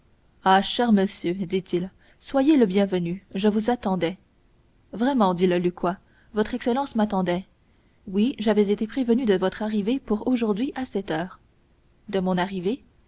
ah cher monsieur dit-il soyez le bienvenu je vous attendais vraiment dit le lucquois votre excellence m'attendait oui j'avais été prévenu de votre arrivée pour aujourd'hui à sept heures de mon arrivée